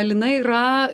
lina yra